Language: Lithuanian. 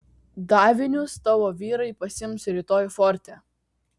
davinius tavo vyrai pasiims rytoj forte